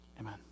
Amen